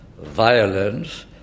violence